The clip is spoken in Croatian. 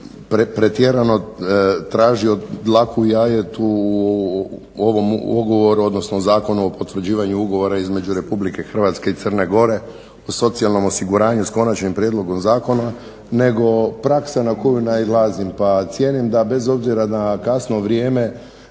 pretjerano tražio dlaku u jajetu u ovom ugovoru, odnosno u Zakonu o potvrđivanju ugovora između RH i Crne Gore o socijalnom osiguranju s konačnim prijedlogom zakona, nego praksa na koju nailazim pa cijenim da bez obzira na kasno vrijeme